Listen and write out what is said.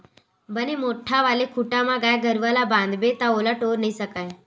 बने मोठ्ठ वाले खूटा म गाय गरुवा ल बांधबे ता ओला टोरे नइ सकय